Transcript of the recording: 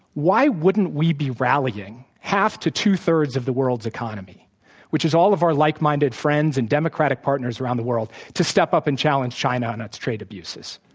why wouldn't we be rallying half to two-thirds of the world's economy which is all of our like-minded friends and democratic partners around the world to step up and challenge china on its trade abuses?